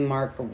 Mark